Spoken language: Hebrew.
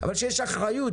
אבל שתהיה אחריות,